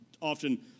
often